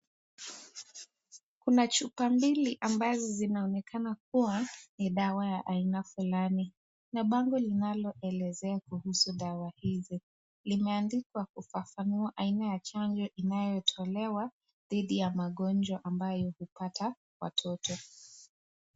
Kuna chupa mbili ambazo zinaonekana kuwa ni dawa ya aina fulani na bango inayoelezea kuhusu dawa hizi, limeandikwa kufafanua aina ya chanjo inayotolewa dhidi ya magonjwa ambayo upata watoto .